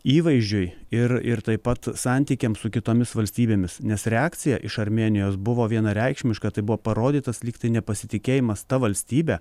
įvaizdžiui ir ir taip pat santykiams su kitomis valstybėmis nes reakcija iš armėnijos buvo vienareikšmiška tai buvo parodytas lyg tai nepasitikėjimas ta valstybe